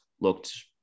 looked